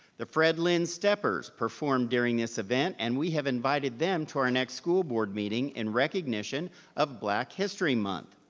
the fred lynn steppers performed during this event, and we have invited them to our next school board meeting in recognition of black history month.